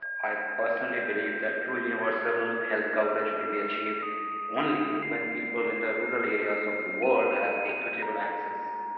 i personally believe that true universal health coverage will be achieved achieved only when people in the rural areas of the world have equitable access.